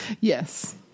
Yes